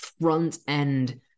front-end